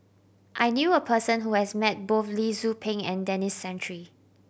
I knew a person who has met both Lee Tzu Pheng and Denis Santry